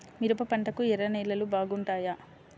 మిరప పంటకు ఎర్ర నేలలు బాగుంటాయా?